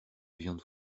viande